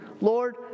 Lord